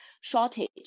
shortage